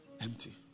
Empty